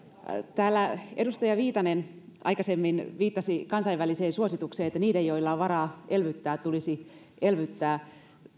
täällä edustaja viitanen aikaisemmin viittasi kansainväliseen suositukseen että niiden joilla on varaa elvyttää tulisi elvyttää